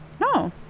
No